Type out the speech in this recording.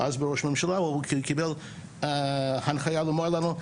הוא קיבל הנחיה לומר לנו,